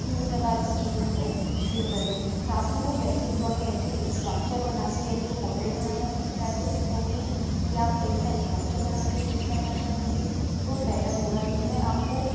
भिन्न प्रकार की चीज़ों से शुरू करें साथ ही वह बेसिक ड्रोइंग बेसिक स्ट्रक्चर बना कर यदि वह पोर्ट्रेट बनाना सीख रहा है तो उसे कहूँगी कि आप फ़ेस का स्ट्रक्चर बना कर शुरू करना चाहेंगे तो बेटर होगा जिसमें आपको